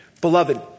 Beloved